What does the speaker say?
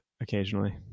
occasionally